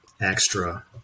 extra